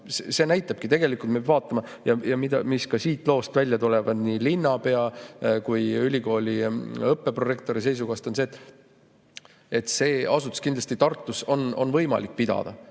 See näitabki tegelikult ja me peame vaatama seda, mis ka siit loost välja tuleb, nii linnapea kui ka ülikooli õppeprorektori seisukohast, et seda asutust on kindlasti Tartus võimalik pidada.